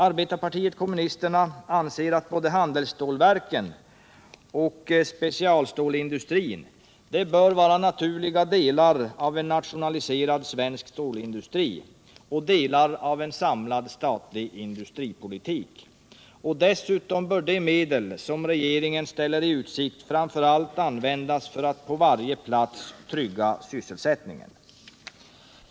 Arbetarpartiet kommunisterna anser att både handelsstålverken och specialstålindustrin borde vara naturliga delar av en nationaliserad, svensk stålindustri och delar av en samlad statlig industripolitik. Dessutom bör de medel som regeringen ställer i utsikt framför allt användas för att på varje plats trygga sysselsättningen.